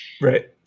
Right